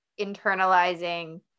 internalizing